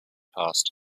passed